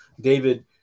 David